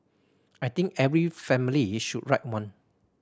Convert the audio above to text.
I think every family should write one